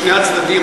משני הצדדים.